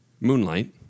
Moonlight